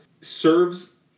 serves